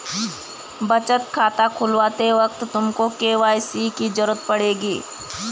बचत खाता खुलवाते वक्त तुमको के.वाई.सी की ज़रूरत पड़ेगी